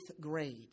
grade